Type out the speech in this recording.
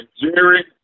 Jerry